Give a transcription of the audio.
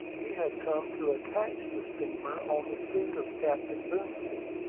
he had come to attach the steamer on the suit of captain boomsby,